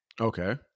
Okay